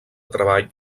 treball